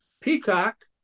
Peacock